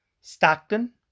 Stockton